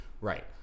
right